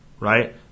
Right